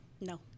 No